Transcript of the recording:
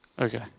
Okay